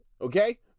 Okay